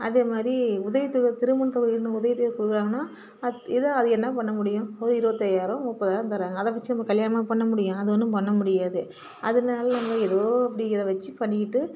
அதே மாதிரி உதவித்தொகை திருமண தொகைன்னு உதவித்தொகை கொடுக்குறாங்கன்னா அது ஏதோ அது என்ன பண்ண முடியும் ஒரு இருபத்தையாயிரம் முப்பதாயிரம் தர்றாங்க அதை வெச்சி நம்ம கல்யாணமா பண்ண முடியும் அது ஒன்றும் பண்ண முடியாது அதனால் நம்ம ஏதோ அப்படி இதை வெச்சி பண்ணிக்கிட்டு